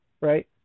right